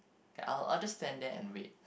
okay I'll I'll just stand there and wait